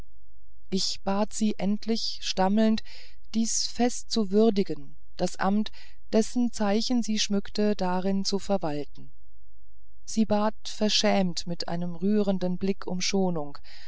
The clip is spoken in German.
ich bat sie endlich stammelnd dies fest zu würdigen das amt dessen zeichen sie schmückte darin zu verwalten sie bat verschämt mit einem rührenden blick um schonung